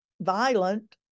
violent